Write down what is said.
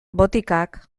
botikak